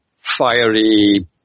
fiery